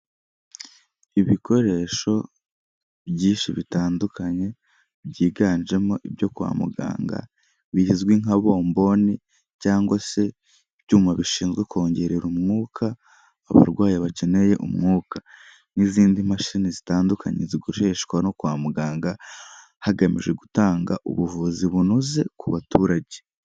Ibikoresho byinshi bitandukanye byiganjemo ibyo kwa muganga bizwi nka bomboni cyangwa se ibyuma bishinzwe kongerera umwuka abarwayi bakeneye umwuka, n'izindi mashini zitandukanye zikoreshwa no kwa muganga hagamijwe gutanga ubuvuzi bunoze ku baturage.